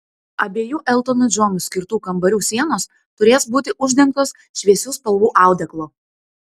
abiejų eltonui džonui skirtų kambarių sienos turės būti uždengtos šviesių spalvų audeklu